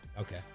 Okay